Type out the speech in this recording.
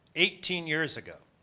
eighteen years ago.